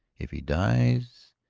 if he dies.